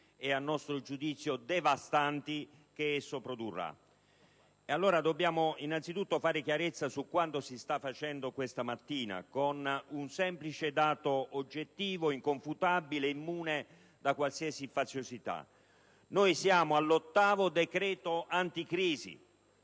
e, a nostro giudizio, devastanti che esso produrrà. Dobbiamo innanzitutto fare chiarezza su quanto si sta facendo questa mattina, con un semplice dato, oggettivo, inconfutabile ed immune da qualsiasi faziosità. Siamo all'ottavo decreto-legge anticrisi,